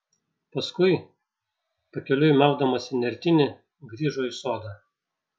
paskui pakeliui maudamasi nertinį grįžo į sodą